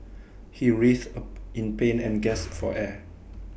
he writhed in pain and gasped for air